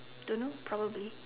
don't know probably